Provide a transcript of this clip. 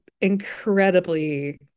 incredibly